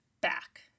back